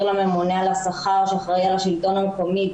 לממונה על השכר שאחראי על השלטון המקומי,